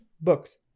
Books